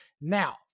Now